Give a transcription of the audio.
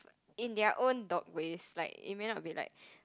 in their own dog ways like it may not be like